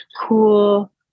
cool